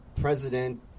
president